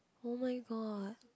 oh-my-god